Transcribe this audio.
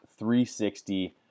360